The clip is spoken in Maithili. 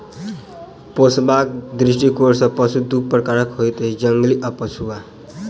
पोसबाक दृष्टिकोण सॅ पशु दू प्रकारक होइत अछि, जंगली आ पोसुआ